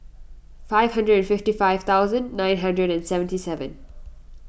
five hundred and fifty five thousand nine hundred and seventy seven